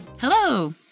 Hello